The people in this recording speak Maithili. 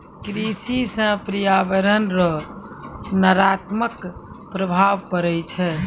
कृषि से प्रर्यावरण रो नकारात्मक प्रभाव पड़ै छै